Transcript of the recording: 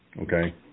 Okay